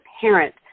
parent